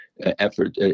effort